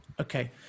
Okay